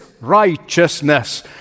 righteousness